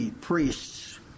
priests